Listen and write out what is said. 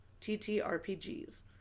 TTRPGs